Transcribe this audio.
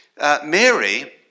Mary